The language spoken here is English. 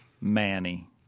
Manny